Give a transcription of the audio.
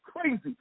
crazy